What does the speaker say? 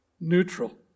neutral